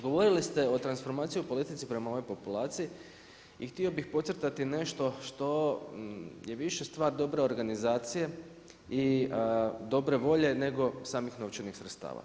Govorili ste o transformaciji u politici prema ovoj populaciji i htio bih podcrtati nešto što je više stvar dobre organizacije i dobre volje nego samih novačenih sredstava.